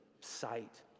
sight